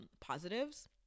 positives